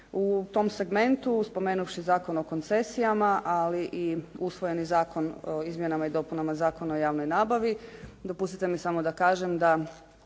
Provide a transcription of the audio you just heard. U tom segmentu spomenuvši Zakon o koncesijama ali i usvojeni Zakon o izmjenama i dopunama Zakona o javnoj nabavi dopustite mi samo da kažem da